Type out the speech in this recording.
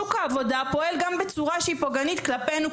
שוק העבודה פועל בצורה שהיא פוגענית כלפינו,